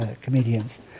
comedians